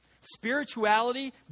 Spirituality